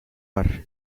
har